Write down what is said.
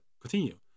continue